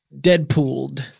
Deadpooled